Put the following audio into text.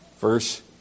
verse